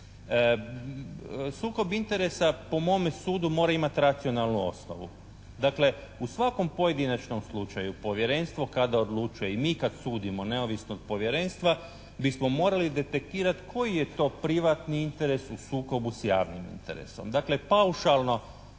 Sukob interesa po mome sudu mora imati racionalnu osnovu. Dakle u svakom pojedinačnom slučaju, povjerenstvo kada odlučuje i mi kada sudimo neovisno od povjerenstva bismo morali detektirat koji je to privatni interes u sukobu s javnim interesom,